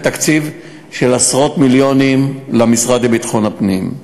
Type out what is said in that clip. תקציב של עשרות מיליונים למשרד לביטחון הפנים.